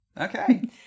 Okay